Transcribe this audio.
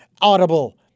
Audible